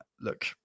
look